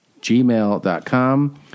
gmail.com